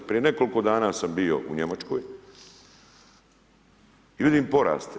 Prije nekoliko dana sam bio u Njemačkoj, i vidim porast.